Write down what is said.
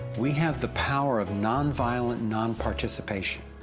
we have the power of nonviolent nonparticipation.